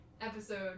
episode